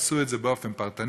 תעשו את זה באופן פרטני,